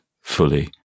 fully